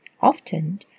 Often